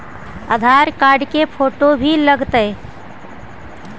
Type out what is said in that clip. आधार card के photo भी लग तै?